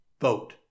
vote